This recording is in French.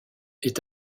est